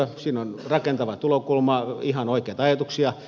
siinä on rakentava tulokulma ihan oikeita ajatuksia